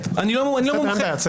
בסדר, אין בעיה.